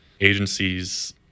Agencies